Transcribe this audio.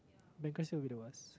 bankruptcy will be the worst